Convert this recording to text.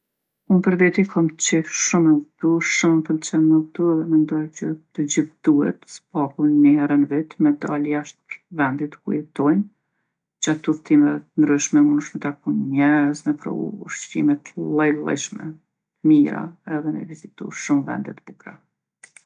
Unë për veti kom qef shumë me udhtu, shumë m'pëlqen me udhtu edhe mendoj që të gjithë duhet s'paku ni here n'vit me dal jashtë vendit ku jetojnë. Gjatë udhtimeve t'ndryshme munësh me taku njerz, me provu ushqime t'llojllojshme, t'mira edhe me vizitu vende shumë t'bukra.